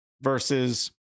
versus